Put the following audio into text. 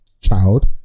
child